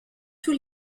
tous